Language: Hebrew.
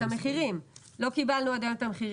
את המחירים ועדיין לא קיבלנו אותם.